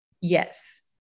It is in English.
Yes